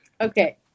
Okay